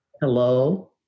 Hello